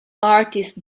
artist